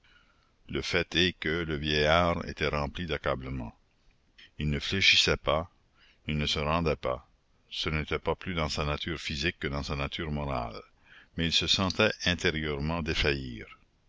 le fait est que le vieillard était rempli d'accablement il ne fléchissait pas il ne se rendait pas ce n'était pas plus dans sa nature physique que dans sa nature morale mais il se sentait intérieurement défaillir